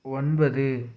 ஒன்பது